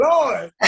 Lord